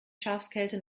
schafskälte